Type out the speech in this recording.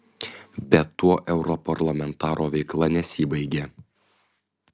bet tuo europarlamentaro veikla nesibaigia